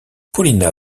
paulina